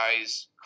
guy's